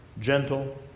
gentle